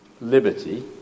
liberty